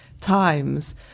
times